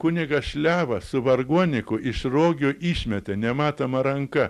kunigą šliavą su vargoniku iš rogių išmetė nematoma ranka